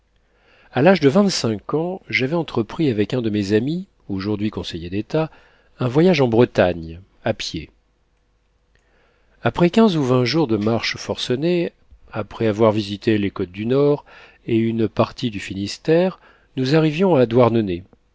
a l'âge de vingt-cinq ans j'avais entrepris avec un de mes amis aujourd'hui conseiller d'état un voyage en bretagne à pied après quinze ou vingt jours de marche forcenée après avoir visité les côtes du nord et une partie du finistère nous arrivions à douarnenez